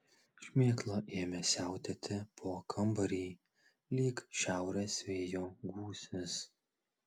šmėkla ėmė siautėti po kambarį lyg šiaurės vėjo gūsis